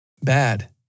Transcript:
Bad